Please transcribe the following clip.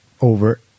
over